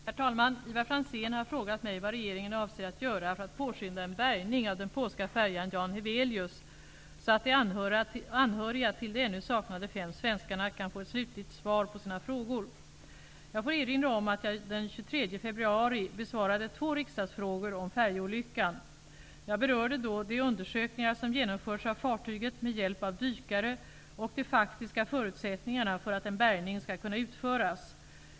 Herr talman! Ivar Franzén har frågat mig vad regeringen avser att göra för att påskynda en bärgning av den polska färjan Jan Heweliusz så att de anhöriga till de ännu saknade fem svenskarna kan få ett slutligt svar på sina frågor. Jag får erinra om att jag den 23 februari besvarade två riksdagsfrågor om färjeolyckan. Jag berörde då de undersökningar som genomförts av fartyget med hjälp av dykare och de faktiska förutsättningarna för att en bärgning skall kunna utföras.